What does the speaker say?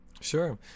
sure